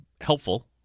helpful